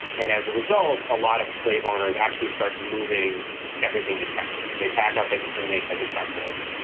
and as a result, a lot of slave owners actually start moving everything to texas. they pack up and and they had to texas.